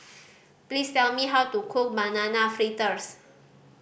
please tell me how to cook Banana Fritters